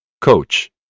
Coach